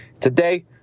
Today